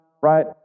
right